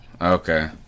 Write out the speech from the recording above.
Okay